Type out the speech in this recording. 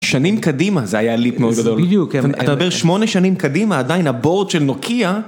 שנים קדימה, זה היה ליפ מאוד גדול. בדיוק, כן. אתה מדבר שמונה שנים קדימה, עדיין הבורד של נוקייה.